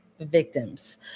victims